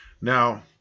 Now